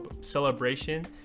celebration